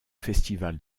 festival